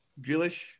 Grealish